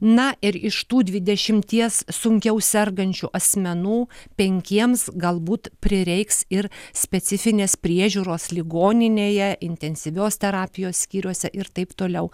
na ir iš tų dvidešimties sunkiau sergančių asmenų penkiems galbūt prireiks ir specifinės priežiūros ligoninėje intensyvios terapijos skyriuose ir taip toliau